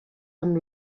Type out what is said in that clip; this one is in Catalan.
amb